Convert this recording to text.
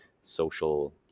social